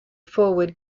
forward